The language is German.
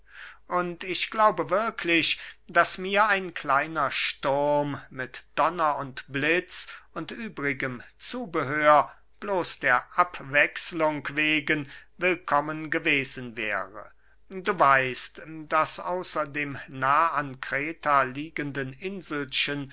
und ich glaube wirklich daß mir ein kleiner sturm mit donner und blitz und übrigem zubehör bloß der abwechslung wegen willkommen gewesen wäre du weißt daß außer dem nah an kreta liegenden inselchen